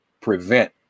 prevent